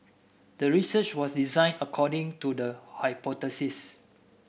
the research was designed according to the hypothesis